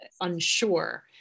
unsure